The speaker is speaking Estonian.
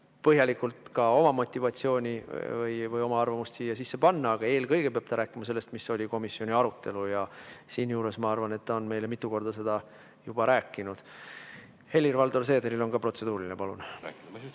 on, põhjalikult ka oma motivatsiooni või oma arvamust siia sisse panna, aga eelkõige peab ta rääkima sellest, mis oli komisjonis arutelul. Siinjuures, ma arvan, ta on meile mitu korda seda juba rääkinud. Helir-Valdor Seederil on ka protseduuriline. Palun! Ma rahustaks